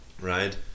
right